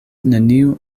neniu